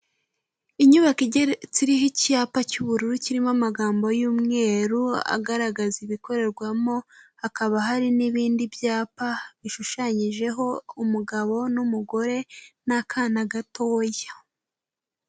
Inyubako igeretse iriho icyapa cy'ubururu kirimo amagambo y'umweru agaragaza ibikorerwamo, hakaba hari n'ibindi byapa bishushanyijeho umugabo n'umugore n'akana gatoya.